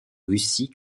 russie